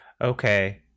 Okay